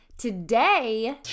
Today